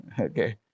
Okay